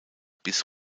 bis